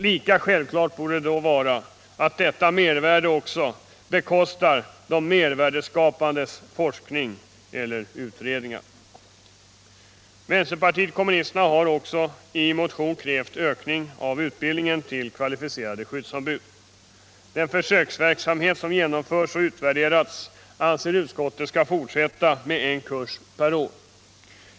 Lika självklart borde det då vara att detta mervärde också bekostar de mervärdeskapandes forskning eller utredningar. Vänsterpartiet kommunisterna har också i motion krävt ökning av utbildningen till kvalificerade skyddsombud. Den försöksverksamhet som genomförts och utvärderats anser utskottet skall fortsätta med en kurs per år.